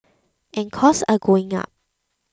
and costs are going up